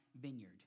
vineyard